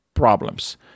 problems